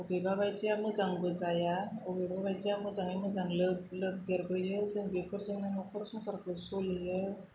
अबेबा बायदिया मोजांबो जाया अबेबा बायदिया मोजाङै मोजां लोब लोब देरबोयो जों बेफोरजोंनो नखर संसारखौ सोलियो